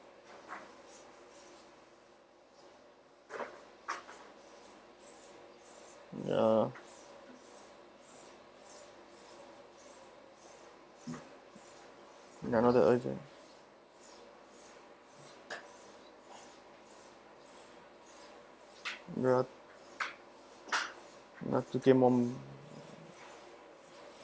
ya you are not that urgent ya ya to get more money